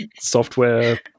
software